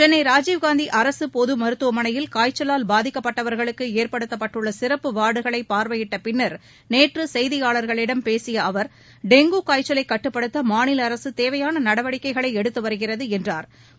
சென்னை ராஜீவ்காந்தி அரசு பொதுமருத்துவமனையில் காய்ச்சலால் பாதிக்கப்பட்டவர்களுக்கு ஏற்படுத்தப்பட்டுள்ள சிறப்பு வார்டுகளை பார்வையிட்ட பின்னர் நேற்று செய்தியாளர்களிடம் பேசிய அவர் டெங்கு காய்ச்சலை கட்டுப்படுத்த மாநில அரசு தேவையான நடவடிக்கைகளை எடுத்து வருகிறது என்றா்